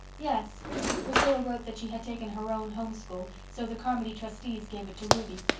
yes priscilla wrote that she had taken her own home school, so the carmody trustees gave it to ruby.